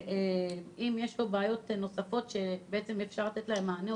אם יש לו בעיות נוספות שאפשר לתת להן מענה,